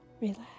relax